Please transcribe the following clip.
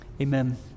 Amen